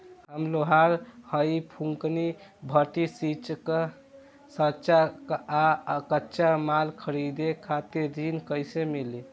हम लोहार हईं फूंकनी भट्ठी सिंकचा सांचा आ कच्चा माल खरीदे खातिर ऋण कइसे मिली?